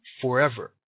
forever